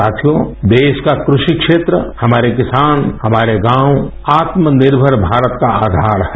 साथियो देश का कृषि क्षेत्र हमारे किसान हमारे गाँव आत्मनिर्मर भारत का आवार है